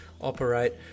operate